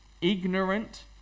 ignorant